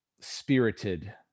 spirited